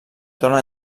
dóna